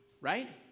right